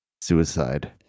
Suicide